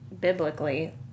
biblically